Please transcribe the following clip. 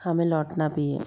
हमें लौटना भी है